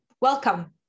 Welcome